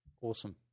Awesome